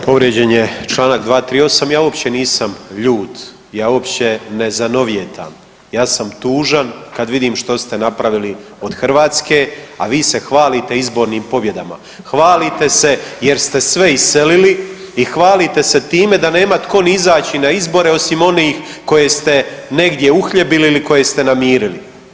Povrijeđen je čl. 238. ja uopće nisam ljut, ja uopće ne zanovijetan, ja sam tužan kad vidim što ste napravili od Hrvatske, a vi se hvalite izbornim pobjedama, hvalite se jer ste sve iselili i hvalite se time da nema tko ni izaći na izbore osim onih koje ste negdje uhljebili ili koje ste namirili.